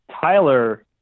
tyler